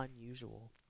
unusual